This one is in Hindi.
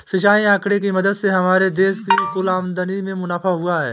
सिंचाई आंकड़े की मदद से हमारे देश की कुल आमदनी में मुनाफा हुआ है